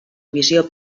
visió